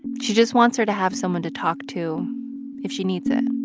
she just wants her to have someone to talk to if she needs it